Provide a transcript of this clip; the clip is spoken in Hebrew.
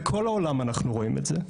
בכל העולם אנחנו רואים את זה.